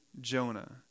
Jonah